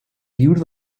viure